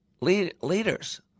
Leaders